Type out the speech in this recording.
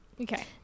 Okay